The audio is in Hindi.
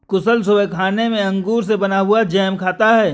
कुशल सुबह खाने में अंगूर से बना हुआ जैम खाता है